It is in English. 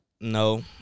No